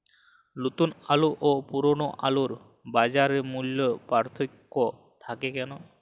নতুন আলু ও পুরনো আলুর বাজার মূল্যে পার্থক্য থাকে কেন?